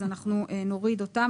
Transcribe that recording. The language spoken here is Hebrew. אז אנחנו נוריד אותן.